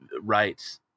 right